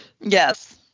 yes